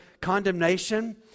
condemnation